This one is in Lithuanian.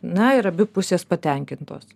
na ir abi pusės patenkintos